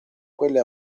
quelle